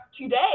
today